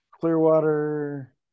Clearwater